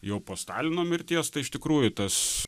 jau po stalino mirties tai iš tikrųjų tas